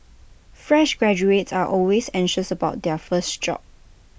fresh graduates are always anxious about their first job